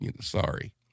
Sorry